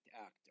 actor